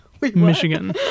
Michigan